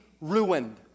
ruined